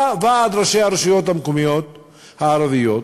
בא ועד ראשי הרשויות המקומיות הערביות,